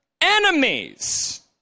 enemies